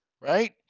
right